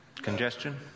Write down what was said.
congestion